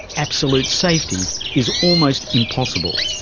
absolute safety is almost impossible.